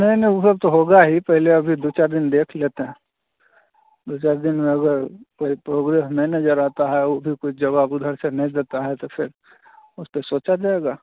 नहीं नहीं वह सब तो होगा ही पहले अभी दो चार दिन देख लेते है दो चार दिन में अगर कोई प्रोग्रेस नहीं नज़र आती है वह भी कुछ जवाब उधर से नहीं देता है फिर उस पर सोचा जाएगा